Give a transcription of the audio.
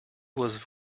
was